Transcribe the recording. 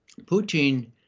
Putin